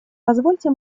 позвольте